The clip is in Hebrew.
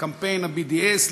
לקמפיין ה-BDS,